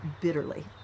bitterly